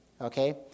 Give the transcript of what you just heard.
Okay